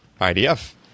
IDF